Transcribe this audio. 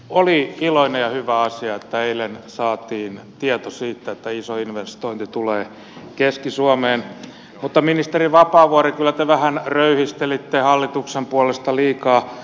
oli iloinen ja hyvä asia että eilen saatiin tieto siitä että iso investointi tulee keski suomeen mutta ministeri vapaavuori kyllä te vähän röyhistelitte hallituksen puolesta liikaa